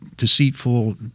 deceitful